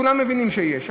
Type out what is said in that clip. כולם מבינים שיש,